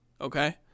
okay